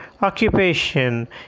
occupation